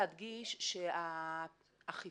אני רוצה להדגיש שהתוכנית